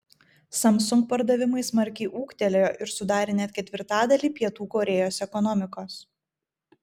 samsung pardavimai smarkiai ūgtelėjo ir sudarė net ketvirtadalį pietų korėjos ekonomikos